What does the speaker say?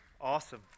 Awesome